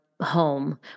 home